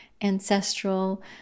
ancestral